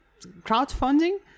crowdfunding